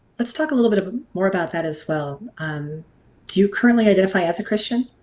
let's talk a little bit bit more about that as well. um do you currently identify as a christian?